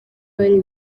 bari